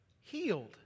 healed